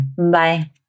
Bye